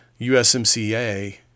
USMCA